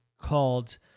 called